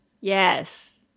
Yes